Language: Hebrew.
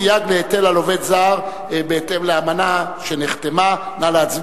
סייג להיטל על עובד זר) נא להצביע.